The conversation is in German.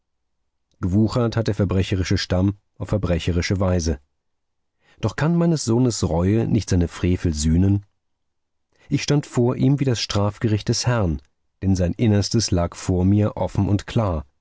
gewuchert hat der verbrecherische stamm auf verbrecherische weise doch kann meines sohnes reue nicht seine frevel sühnen ich stand vor ihm wie das strafgericht des herrn denn sein innerstes lag vor mir offen und klar